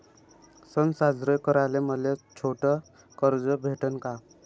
सन साजरे कराले मले छोट कर्ज भेटन का?